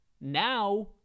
Now